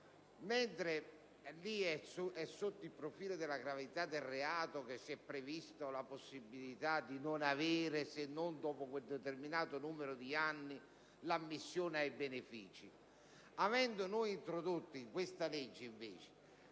mentre, sotto il profilo della gravità del reato, è prevista la possibilità di non avere, se non dopo quel determinato numero di anni, l'ammissione ai benefici,